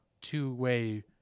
two-way